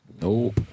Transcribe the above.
Nope